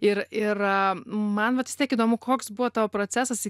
ir ir man vat tiek įdomu koks buvo tavo procesas